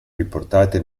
riportate